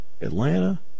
Atlanta